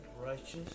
Righteous